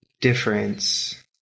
difference